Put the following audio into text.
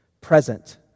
present